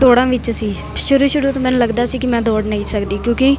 ਦੋੜਾਂ ਵਿੱਚ ਸੀ ਸ਼ੁਰੂ ਸ਼ੁਰੂ ਤੋਂ ਮੈਨੂੰ ਲੱਗਦਾ ਸੀ ਕਿ ਮੈਂ ਦੌੜ ਨਹੀਂ ਸਕਦੀ ਕਿਉਂਕਿ